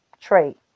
trait